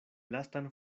lastan